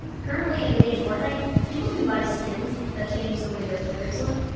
currently in the game fortnite, people can buy skins that change the way their players look,